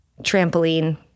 trampoline